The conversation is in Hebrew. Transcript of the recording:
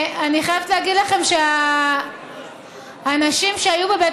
אני חייבת להגיד לכם שהאנשים שהיו בבית